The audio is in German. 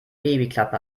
babyklappe